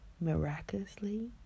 miraculously